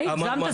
הגזמת.